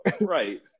Right